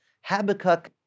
Habakkuk